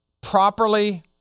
properly